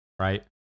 right